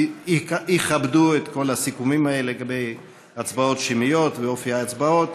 שיכבדו את כל הסיכומים האלה לגבי הצבעות שמיות ואופי ההצבעות.